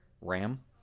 RAM